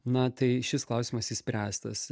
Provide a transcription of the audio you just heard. na tai šis klausimas išspręstas